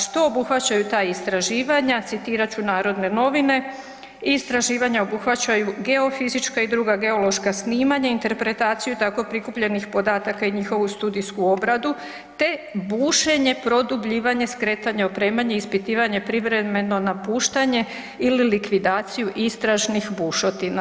Što obuhvaćaju ta istraživanja, citirat ću Narodne novine, istraživanja obuhvaćaju geofizička i druga geološka snimanja, interpretaciju tako prikupljenih podataka i njihovu studijsku obradu, te bušenje, produbljivanje, skretanje, opremanje, ispitivanje, privremeno napuštanje ili likvidaciju istražnih bušotina.